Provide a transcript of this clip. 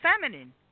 feminine